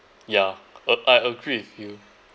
ya uh I agree with you